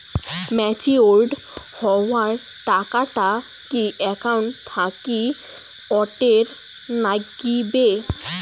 Matured হওয়া টাকাটা কি একাউন্ট থাকি অটের নাগিবে?